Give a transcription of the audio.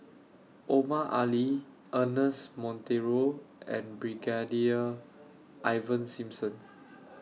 Omar Ali Ernest Monteiro and Brigadier Ivan Simson